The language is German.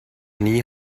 nie